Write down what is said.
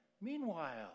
Meanwhile